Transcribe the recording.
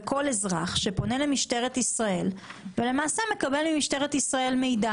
וכל אזרח שפונה למשטרת ישראל ולמעשה מקבל מידע.